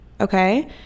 okay